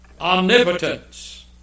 omnipotence